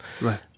Right